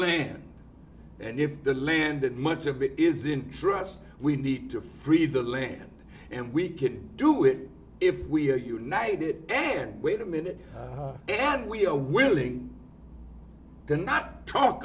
land and if the land and much of it is in trust we need to free the land and we can do it if we are united then wait a minute and we are willing to not talk